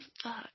Fuck